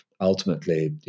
ultimately